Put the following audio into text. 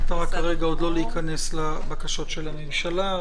המטרה כרגע עוד לא להיכנס לבקשות של הממשלה.